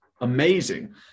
amazing